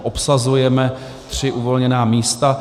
Obsazujeme tři uvolněná místa.